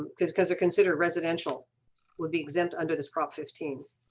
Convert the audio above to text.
because because are considered residential would be exempt under this prop fifteen